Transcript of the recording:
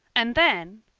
and then!